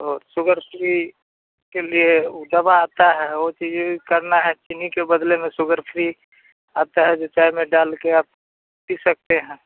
तो sugar free के लिए दवा आती है वह चाहिए करना है चीनी के बदले में शुगर फ़्री आता है जो चाय में डाल कर आप पी सकते हैं